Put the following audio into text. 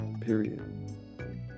Period